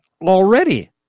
already